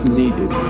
needed